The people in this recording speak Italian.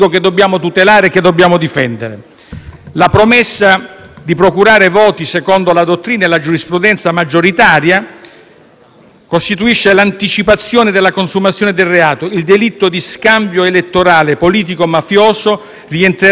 La promessa di procurare voti secondo la dottrina e la giurisprudenza maggioritaria costituisce l'anticipazione della consumazione del reato. Il delitto di scambio elettorale politico-mafioso rientrerebbe nei reati a duplice schema: